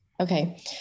Okay